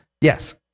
yes